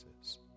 Jesus